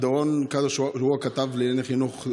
דורון קדוש הוא הכתב לחינוך,